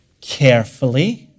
carefully